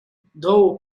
thou